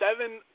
Seven